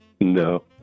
No